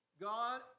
God